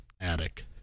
attic